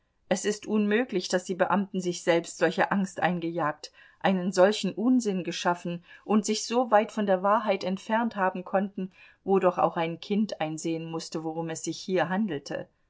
es ist unmöglich daß die beamten sich selbst solche angst eingejagt einen solchen unsinn geschaffen und sich so weit von der wahrheit entfernt haben konnten wo doch auch ein kind einsehen mußte worum es sich hier handelte